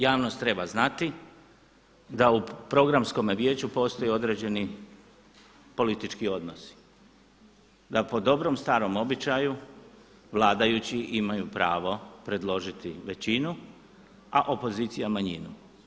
Javnost treba znati da u Programskome vijeću postoji određeni politički odnosi, da po dobrom starom običaju vladajući imaju pravo predložiti većinu, a opozicija manjinu.